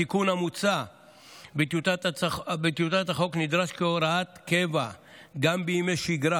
התיקון המוצע בטיוטת החוק נדרש כהוראת קבע גם בימי שגרה.